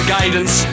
guidance